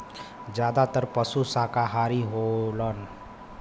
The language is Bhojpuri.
जादातर पसु साकाहारी होलन